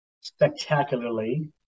spectacularly